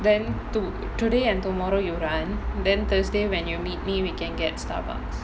then to~ today and tomorrow you run then thursday when you meet me we can get Starbucks